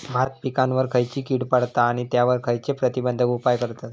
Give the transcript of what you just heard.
भात पिकांवर खैयची कीड पडता आणि त्यावर खैयचे प्रतिबंधक उपाय करतत?